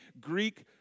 Greek